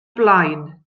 blaen